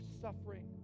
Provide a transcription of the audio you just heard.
suffering